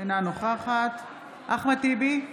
אינה נוכחת אחמד טיבי,